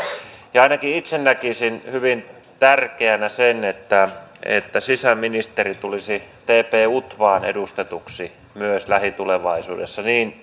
ainakin itse näkisin hyvin tärkeänä sen että että sisäministeri tulisi myös tp utvaan edustetuksi lähitulevaisuudessa niin